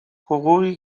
حقوقی